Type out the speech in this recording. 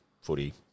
footy